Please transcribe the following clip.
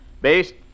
based